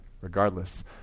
regardless